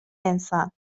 انسان